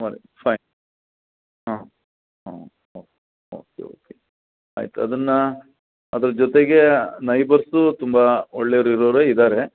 fine ಹಾಂ ಹಾಂ okay okay okay ಆಯಿತು ಅದನ್ನು ಅದ್ರ ಜೊತೆಗೇ ನೈಬರ್ಸೂ ತುಂಬ ಒಳ್ಳೆವ್ರು ಇರೋರೇ ಇದ್ದಾರೆ